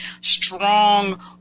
strong